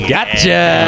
Gotcha